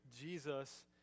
Jesus